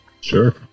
Sure